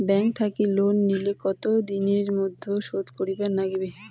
Bank থাকি loan নিলে কতো দিনের মধ্যে শোধ দিবার নাগিবে?